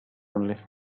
only